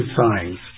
signs